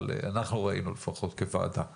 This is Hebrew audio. אבל אנחנו כוועדה ראינו.